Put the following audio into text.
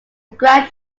grand